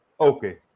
Okay